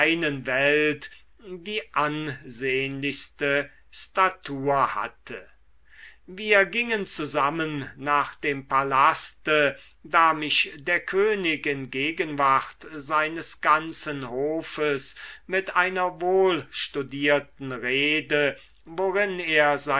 die ansehnlichste statur hatte wir gingen zusammen nach dem palaste da mich der könig in gegenwart seines ganzen hofes mit einer wohlstudierten rede worin er